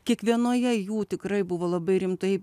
kiekvienoje jų tikrai buvo labai rimtai